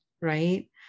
right